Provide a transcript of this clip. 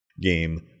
game